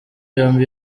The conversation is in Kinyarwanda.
yombi